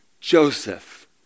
Joseph